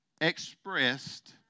expressed